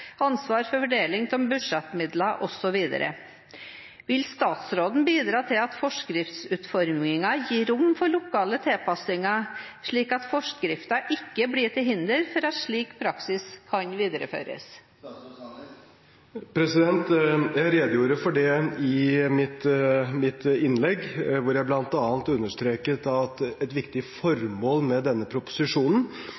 ansvar for fordeling av budsjettmidler, osv. Vil statsråden bidra til at forskriftsutformingen gir rom for lokale tilpassinger, slik at forskriften ikke blir til hinder for at slik praksis kan videreføres? Jeg redegjorde for det i mitt innlegg, hvor jeg bl.a. understreket at et viktig formål med denne proposisjonen er å forenkle og klargjøre regelverket for